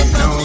no